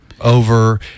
over